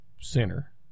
center